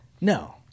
No